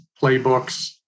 playbooks